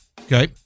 Okay